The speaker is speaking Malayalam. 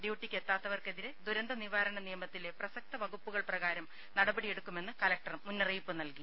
ഡ്യൂട്ടിക്ക് എത്താത്തവർക്കെതിരെ ദുരന്ത നിവാരണ നിയമത്തിലെ പ്രസക്ത വകുപ്പുകൾ പ്രകാരം നടപടിയെടുക്കുമെന്ന് കലക്ടർ മുന്നറിയിപ്പ് നൽകി